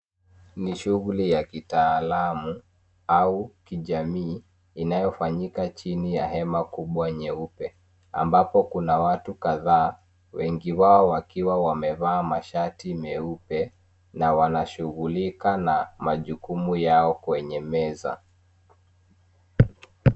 Ni shughuli ya kitaalamu au kijamii inayofanyika chini ya hema kubwa nyeupe ambapo kuna watu kadhaa, wengi wao wakiwa wamevaa mashati meupe na wanashughulika katika majukumu yao kwenye meza.